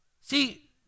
See